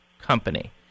company